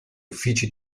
uffici